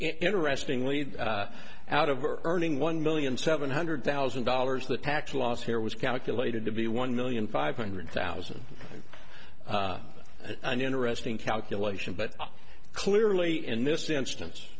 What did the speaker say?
interestingly that out of are earning one million seven hundred thousand dollars the tax loss here was calculated to be one million five hundred thousand an interesting calculation but clearly in this instance